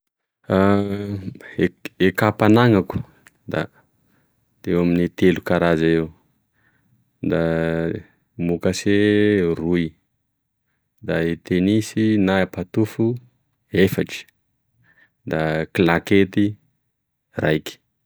E kapa ananako da de eo ame telo karaza eo da mokase roy, da tenisy na e patofo efatry, da klakety raiky.